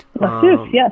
yes